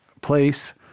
place